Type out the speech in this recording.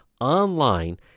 online